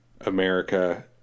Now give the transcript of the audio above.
America